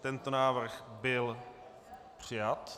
Tento návrh byl přijat.